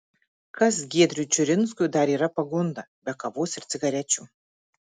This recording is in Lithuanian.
kas giedriui čiurinskui dar yra pagunda be kavos ir cigarečių